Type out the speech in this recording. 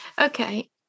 Okay